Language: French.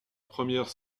première